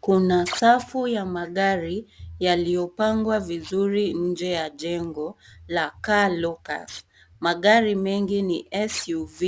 Kuna safu ya magari yaliyopangwa vizuri nje ya jengo la Car lockers magari mengi ni SUV